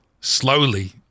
slowly